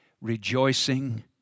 rejoicing